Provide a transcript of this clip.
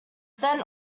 then